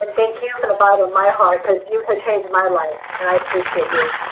um thank you from the bottom of my heart because you have changed my life and i appreciate you.